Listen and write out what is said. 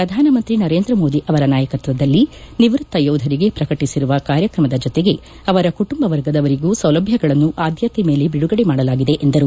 ಪ್ರಧಾನ ಮಂತ್ರಿ ನರೇಂದ್ರ ಮೋದಿ ಅವರ ನಾಯಕತ್ವದಲ್ಲಿ ನಿವೃತ್ತ ಯೋಧರಿಗೆ ಶ್ರಕಟಿಸಿರುವ ಕಾರ್ಯಕ್ರಮದ ಜೊತೆಗೆ ಅವರ ಕುಟುಂಬ ವರ್ಗದವರಿಗೂ ಸೌಲಭ್ಯಗಳನ್ನು ಆದ್ಲತೆ ಮೇಲೆ ಬಿಡುಗಡೆ ಮಾಡಲಾಗಿದೆ ಎಂದರು